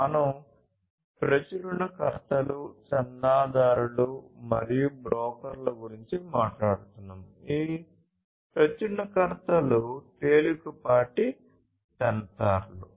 మనం ప్రచురణకర్తలు తేలికపాటి సెన్సార్లు